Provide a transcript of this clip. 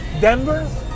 Denver